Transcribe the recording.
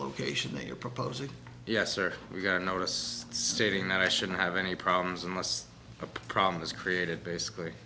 location that you're proposing yes or we got noticed stating that i shouldn't have any problems unless a problem is created basically